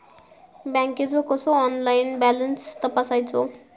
बँकेचो कसो online balance तपासायचो?